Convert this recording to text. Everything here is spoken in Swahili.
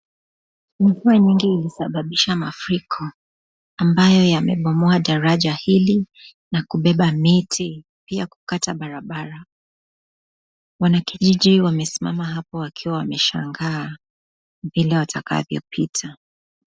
Mvua mingi yamesababisha mafuriko ambaye yamebomoa daraja hili, na kubeba miti pia kukata barabara. wanakijiji wanasimama hapo kwa barabara, wakiwa wameshangaa vile watakavyio pita.